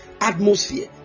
atmosphere